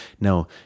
now